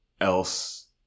else